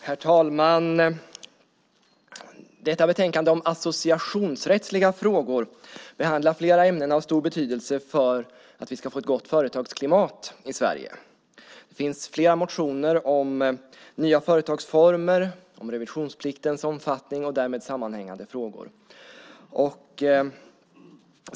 Herr talman! Detta betänkande om associationsrättsliga frågor behandlar flera ämnen av stor betydelse för att vi ska få ett gott företagsklimat i Sverige. Det finns flera motioner om nya företagsformer och om revisionspliktens omfattning och därmed sammanhängande frågor.